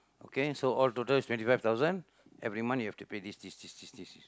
okay so all total is twenty five thousand every month you have to pay this this this this this